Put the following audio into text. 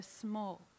small